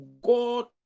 god